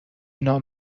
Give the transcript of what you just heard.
نام